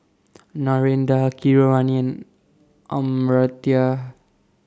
Narendra Keeravani Amartya